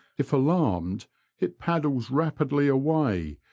if alarmed it paddles rapidly away,